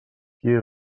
qui